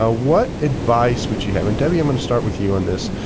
ah what advice would you have and, debbie, i'm going to start with you on this.